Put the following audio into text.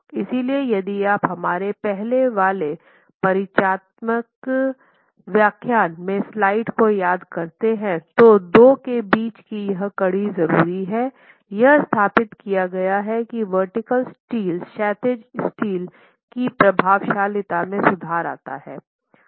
इसलिए यदि आप हमारे पहले वाले परिचयात्मक व्याख्यान में स्लाइड्स को याद करते हैं तो 2 के बीच की यह कड़ी जरूरी है यह स्थापित किया गया है कि वर्टीकल स्टील क्षैतिज स्टील की प्रभावशीलता में सुधार करता है